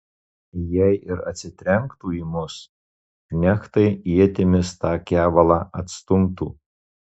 jei ir atsitrenktų į mus knechtai ietimis tą kevalą atstumtų